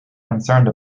concerned